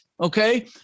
okay